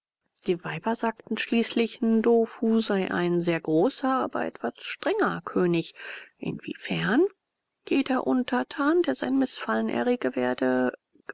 die weiber sagten schließlich ndofu sei ein sehr großer aber etwas strenger könig inwiefern jeder untertan der sein mißfallen errege werde